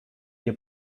your